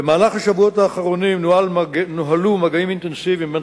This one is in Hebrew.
במהלך השבועות האחרונים נוהלו מגעים אינטנסיביים בין